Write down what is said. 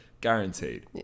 Guaranteed